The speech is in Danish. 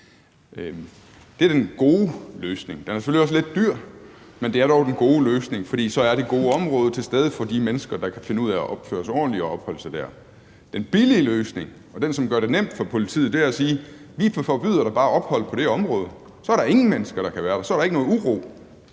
Det er den gode løsning. Den er selvfølgelig også lidt dyr, men det er dog den gode løsning, for så er det gode område til rådighed for de mennesker, der kan finde ud af at opføre sig ordentligt, når de opholder sig der. Den billige løsning og den, som gør det nemt for politiet, er at sige: Vi forbyder bare ophold på det område, for så er der ingen mennesker, der kan være der, og så er der ikke nogen uro.